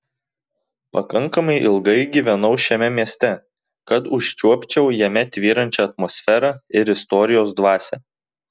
pakankamai ilgai gyvenau šiame mieste kad užčiuopčiau jame tvyrančią atmosferą ir istorijos dvasią